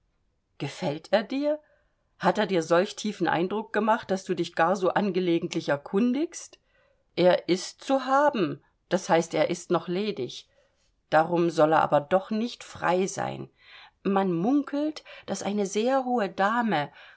gefällt er dir hat er dir solch tiefen eindruck gemacht daß du dich gar so angelegentlich erkundigst er ist zu haben das heißt er ist noch ledig darum soll er aber doch nicht frei sein man munkelt daß eine sehr hohe dame